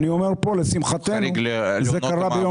אני אומר פה שלשמחתנו, זה קרה ביום שישי.